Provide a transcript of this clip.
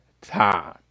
time